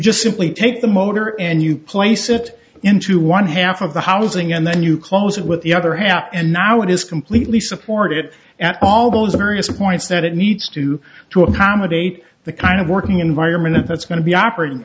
just simply take the motor and you place it into one half of the housing and then you close it with the other half and now it is completely supported and all those various points that it needs to to accommodate the kind of working environment that's going to be operating